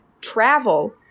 travel